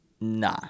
Nah